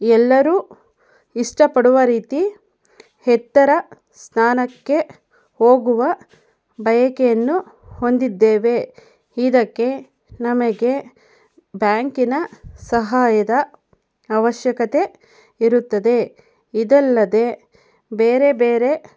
ಎಲ್ಲರೂ ಇಷ್ಟಪಡುವ ರೀತಿ ಎತ್ತರ ಸ್ನಾನಕ್ಕೆ ಹೋಗುವ ಬಯಕೆಯನ್ನು ಹೊಂದಿದ್ದೇವೆ ಇದಕ್ಕೆ ನಮಗೆ ಬ್ಯಾಂಕಿನ ಸಹಾಯದ ಅವಶ್ಯಕತೆ ಇರುತ್ತದೆ ಇದಲ್ಲದೆ ಬೇರೆ ಬೇರೆ